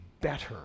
better